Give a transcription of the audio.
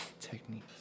techniques